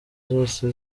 zose